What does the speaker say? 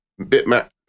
Bitmap